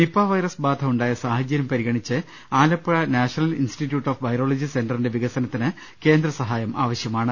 Nipah virus ബാധ ഉണ്ടായ സാഹചര്യം പരിഗ ണിച്ച് Alappuzha national institute of virology സെന്ററിന്റെ വികസനത്തിന് കേന്ദ്രസഹായം ആവശ്യമാണ്